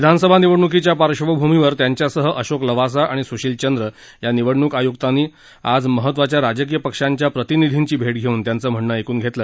विधानसभा निवडणुकीच्या पार्श्वभूमीवर त्यांच्यासह अशोक लवासा आणि सुशील चंद्र या निवडणूक आयुक्तांनी आज महत्त्वाच्या राजकीय पक्षांच्या प्रतिनिधींची भेट घेऊन त्यांचं म्हणणं ऐकून घेतलं